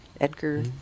Edgar